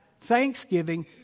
Thanksgiving